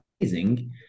amazing